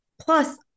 plus